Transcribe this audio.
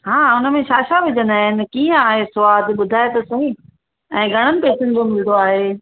हा उनमें छा छा विझंदा आहिनि किअं आहे स्वादु ॿुधाइ त सही ऐं घणनि पैसनि जो मिलंदो आहे